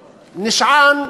נשען,